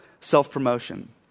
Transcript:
self-promotion